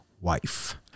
wife